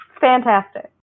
Fantastic